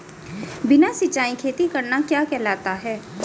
बिना सिंचाई खेती करना क्या कहलाता है?